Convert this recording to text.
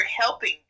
helping